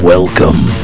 Welcome